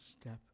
step